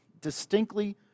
distinctly